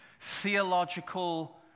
theological